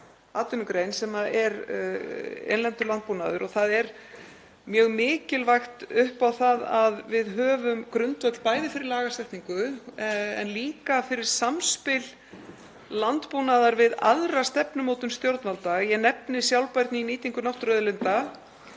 atvinnugrein sem er innlendur landbúnaður. Það er mjög mikilvægt upp á það að við höfum grundvöll bæði fyrir lagasetningu en líka fyrir samspili landbúnaðar við aðra stefnumótun stjórnvalda. Ég nefni sjálfbærni í nýtingu náttúruauðlinda,